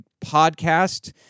podcast